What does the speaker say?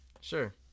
Sure